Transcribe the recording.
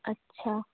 अच्छा अच्छा